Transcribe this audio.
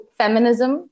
feminism